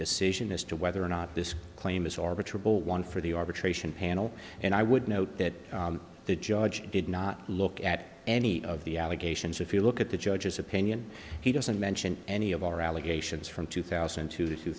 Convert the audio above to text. decision as to whether or not this claim is orbiter bowl one for the arbitration panel and i would note that the judge did not look at any of the allegations if you look at the judge's opinion he doesn't mention any of our allegations from two thousand and two t